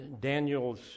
Daniel's